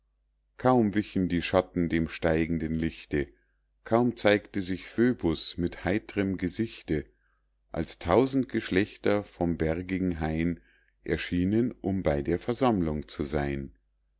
kaum wichen die schatten dem steigenden lichte kaum zeigte sich phöbus mit heitrem gesichte als tausend geschlechter vom bergigen hain erschienen um bei der versammlung zu seyn